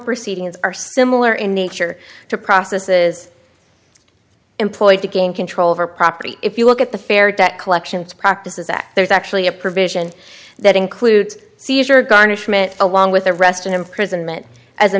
proceedings are similar in nature to processes employed to gain control over property if you look at the fair debt collection practices act there's actually a provision that includes seizure garnishment along with arrest and imprisonment as a